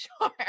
sure